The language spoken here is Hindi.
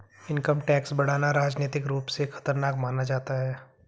इनकम टैक्स बढ़ाना राजनीतिक रूप से खतरनाक माना जाता है